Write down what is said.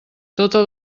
totes